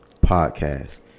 podcast